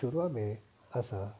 शरूअ में असां